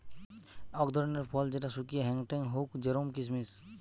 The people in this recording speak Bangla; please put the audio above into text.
অক ধরণের ফল যেটা শুকিয়ে হেংটেং হউক জেরোম কিসমিস